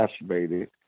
exacerbated